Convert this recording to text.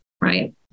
Right